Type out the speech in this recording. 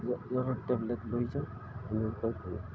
জ্বৰৰ টেবলেট লৈ যাওঁ এনেকুৱাকৈ